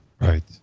Right